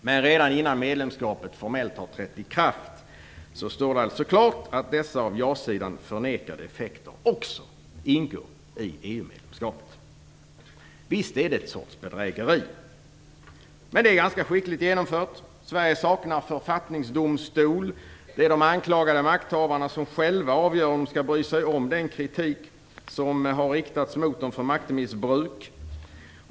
Men redan innan medlemskapet formellt har trätt i kraft står det alltså klart att dessa av ja-sidanförnekade effekter också ingår i EU-medlemskapet. Visst är det en sorts bedrägeri. Med det är ganska skickligt genomfört. Sverige saknar författningsdomstol. Det är de anklagade makthavarna som själva avgör om de skall bry sig om den kritik som har riktats mot dem för maktmissbruk.